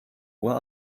uhr